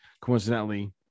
coincidentally